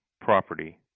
property